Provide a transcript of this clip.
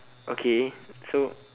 okay so